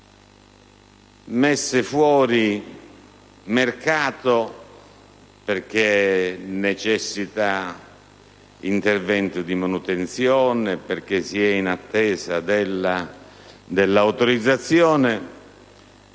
messe fuori mercato perché necessitano interventi di manutenzione o perché si è in attesa dell'autorizzazione,